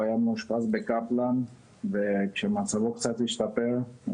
הוא היה מאושפז בקפלן וכשמצבו קצת השתפר,